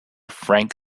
frank